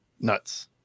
Nuts